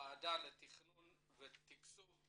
הוועדה לתכנון ותקצוב,